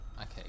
Okay